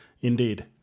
Indeed